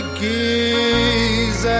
gaze